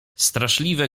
straszliwe